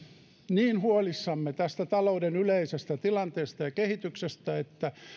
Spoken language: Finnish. niin huolissamme tästä talouden yleisestä tilanteesta ja kehityksestä että